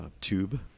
tube